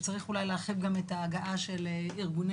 צריך אולי לאחד גם את ההגעה של ארגוני